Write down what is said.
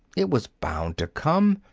it was bound to come.